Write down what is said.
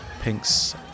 pinks